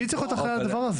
מי צריך להיות אחראי על זה?